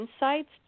insights